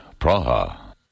Praha